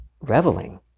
reveling